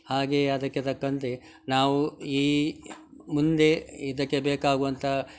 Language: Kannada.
ಹಾಗೆಯೆ ಅದಕ್ಕೆ ತಕ್ಕಂತೆ ನಾವು ಈ ಮುಂದೆ ಇದಕ್ಕೆ ಬೇಕಾಗುವಂತ